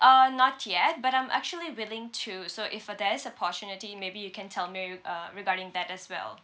uh not yet but I'm actually willing to so if uh there is opportunity maybe you can tell me re~ uh regarding that as well